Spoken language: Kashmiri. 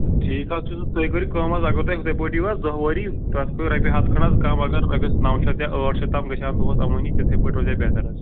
ٹھیٖک حظ چھُ زِ تُہۍ کٔرِو کٲم حظ اگر تۄہہِ ہُتھٕے پٲٹھۍ یِیو دۅہ وٲری تَتھ کٔر رۄپیہِ ہَتھ کھنٛڈ حظ کَم اگر گژھِ نَو شَتھ یا ٲٹھ شیٚتھ تام گژھِ ہا دۄہَس امٲنی تِتھٕے پٲٹھۍ روزیا بہتر حظ